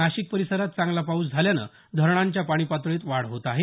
नाशिक परिसरात चांगला पाऊस झाल्यामुळे धरणांच्या पाणीपातळीत वाढ होत आहे